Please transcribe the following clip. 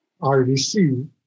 RDC